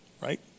right